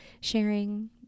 sharing